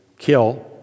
Kill